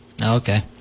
Okay